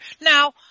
Now